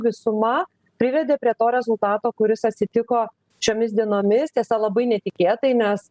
visuma privedė prie to rezultato kuris atsitiko šiomis dienomis tiesa labai netikėtai nes